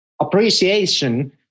appreciation